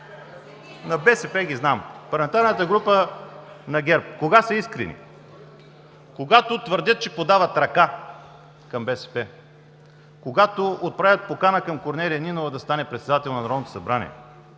на БСП ги знам, но парламентарната група на ГЕРБ – кога са искрени? Когато твърдят, че подават ръка към БСП, когато отправят покана към Корнелия Нинова да стане председател на Народното събрание,